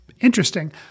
interesting